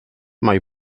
mae